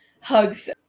hugs